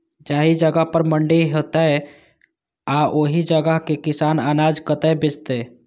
जाहि जगह पर मंडी हैते आ ओहि जगह के किसान अनाज कतय बेचते?